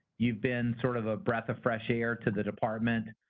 you've been sort of a breath of fresh air to the department,